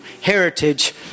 heritage